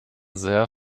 there